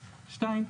ושתיים,